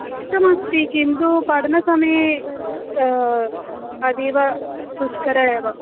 इष्टमस्ति किन्तु पठनसमये अतीव दुष्करम् एव